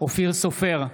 אופיר סופר,